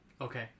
Okay